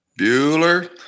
Bueller